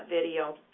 video